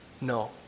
No